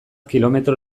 kilometro